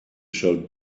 showed